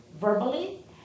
verbally